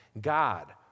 God